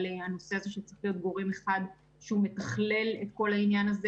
לגבי הנושא הזה שצריך להיות גורם אחד שהוא מתכלל את כל העניין הזה,